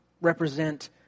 represent